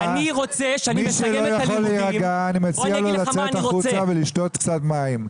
מי שלא יכול להירגע אני מציע לו לצאת החוצה ולשתות קצת מים.